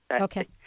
Okay